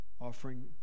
Offering